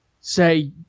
say